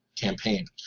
campaign